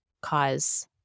cause